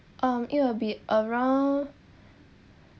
um it will be around